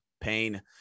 pain